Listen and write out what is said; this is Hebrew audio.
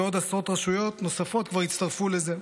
ועוד עשרות רשויות נוספות כבר הצטרפו לזה.